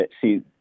see